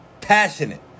passionate